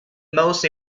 most